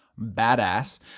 badass